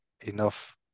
enough